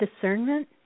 discernment